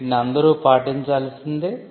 వీటిని అందరు పాటించాల్సిందే